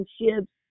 relationships